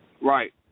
Right